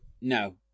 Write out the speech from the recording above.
No